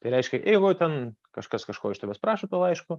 tai reiškia jeigu ten kažkas kažko iš tavęs prašo tuo laišku